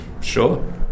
sure